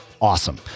awesome